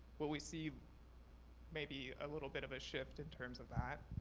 will we see maybe a little bit of a shift in terms of that?